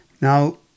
Now